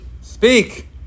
speak